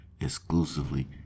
exclusively